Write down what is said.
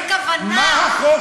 מה החוק אומר?